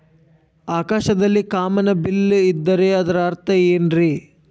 ಆಕಾಶದಲ್ಲಿ ಕಾಮನಬಿಲ್ಲಿನ ಇದ್ದರೆ ಅದರ ಅರ್ಥ ಏನ್ ರಿ?